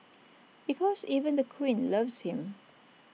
because even the queen loves him